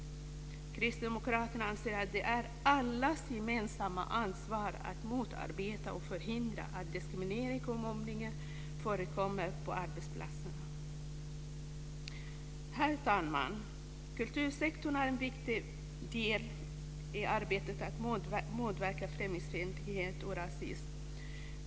Kristdemokraterna anser att det är allas gemensamma ansvar att motarbeta och förhindra att diskriminering och mobbning förekommer på arbetsplatserna. Herr talman! Kultursektorn är en viktig del i arbetet att motverka främlingsfientlighet och rasism.